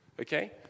Okay